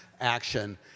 action